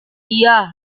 dia